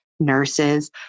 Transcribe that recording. Nurses